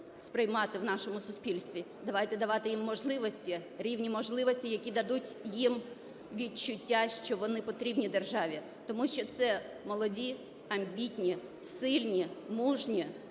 сприймати в нашому суспільстві. Давайте давати їх можливості, рівні можливості, які дадуть їм відчуття, що вони потрібні державі. Тому що це молоді, амбітні, сильні, мужні